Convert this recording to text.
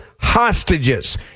hostages